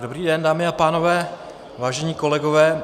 Dobrý den, dámy a pánové, vážení kolegové.